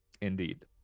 Indeed